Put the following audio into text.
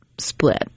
split